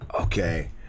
okay